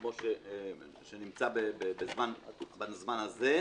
כמו שנמצא בזמן הזה,